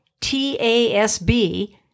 TASB